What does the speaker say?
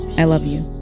i love you.